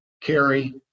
carry